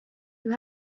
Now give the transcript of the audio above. you